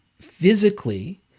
physically